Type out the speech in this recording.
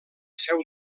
seu